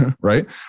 right